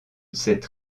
cette